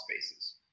spaces